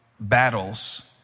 battles